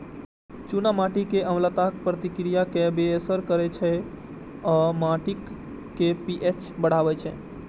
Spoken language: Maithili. चूना माटि मे अम्लताक प्रतिक्रिया कें बेअसर करै छै आ माटिक पी.एच बढ़बै छै